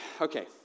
okay